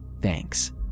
Thanks